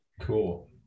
Cool